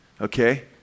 okay